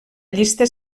llista